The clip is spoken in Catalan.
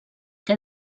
què